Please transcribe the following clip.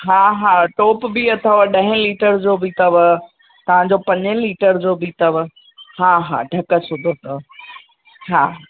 हा हा टोप बि अथव ॾहें लीटर जो बि अथव तव्हांजो पंजे लीटर जो बि अथव हा हा ढक सूधो अथव हा